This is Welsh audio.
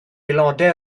aelodau